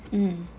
mm